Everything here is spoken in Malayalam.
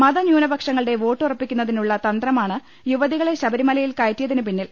മത ന്യൂനപക്ഷങ്ങളുടെ വോട്ട് ഉറപ്പിക്കുന്നതിനുളള തന്ത്രമാണ് യുവതികളെ ശബരിമലയിൽ കയറ്റിയതിന് പിന്നിൽ